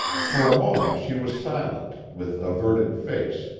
for a moment she was silent, with averted face,